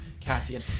Cassian